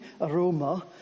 aroma